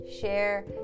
share